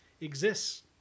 exists